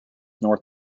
north